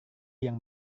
yang